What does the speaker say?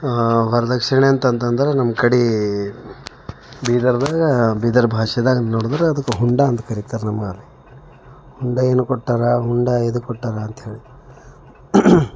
ಹಾಂ ವರದಕ್ಷಿಣೆ ಅಂತಂತಂದ್ರೆ ನಮ್ಮ ಕಡೆ ಬೀದರ್ದಾಗ ಬೀದರ್ ಭಾಷೆದಾಗೆ ನೊಡಿದ್ರೆ ಅದಕ್ಕೆ ಹುಂಡ ಅಂತ ಕರೀತಾರೆ ನಮ್ಮಲ್ಲಿ ಹುಂಡ ಏನು ಕೊಟ್ಟಾರ ಹುಂಡ ಎದಕ್ಕೆ ಕೊಟ್ಟಾರ ಅಂಥೇಳಿ